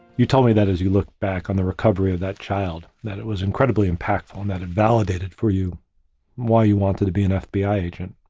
you told me that as you look back on the recovery of that child, that it was incredibly impactful and that it validated for you while you wanted to be an fbi agent.